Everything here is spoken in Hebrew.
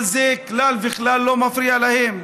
אבל זה כלל וכלל לא מפריע להם,